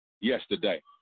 yesterday